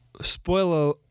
Spoiler